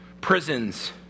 prisons